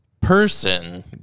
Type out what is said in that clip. person